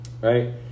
right